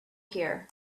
here